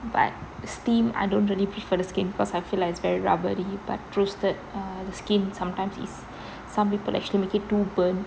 but steam I don't really prefer the skin because I feel like it's very rubbery but roasted uh the skin sometimes is some people actually make it too burnt